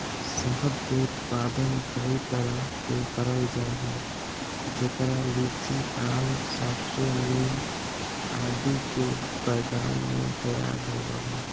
शहद के उत्पादन कई तरह से करल जा हई, जेकरा लीची, आम, सरसो, नीम आदि के बगान मे तैयार होव हई